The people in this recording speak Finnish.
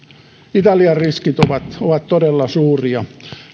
italian riskit ovat ovat todella suuria